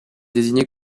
désigné